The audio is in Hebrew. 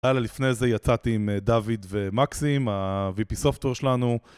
-אלה לפני זה יצאתי עם, אה, דוד ומקסים, ה- VP software שלנו,